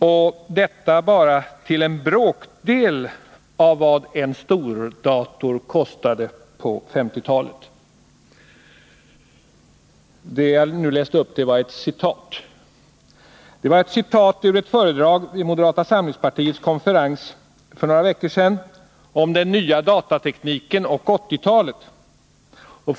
Och detta bara till en bråkdel av vad en stordator kostade på 1950-talet.” Detta är ett citat ur ett föredrag vid moderata samlingspartiets konferens för några veckor sedan om den nya datatekniken och 1980-talet.